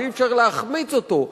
שאי-אפשר להחמיץ אותו,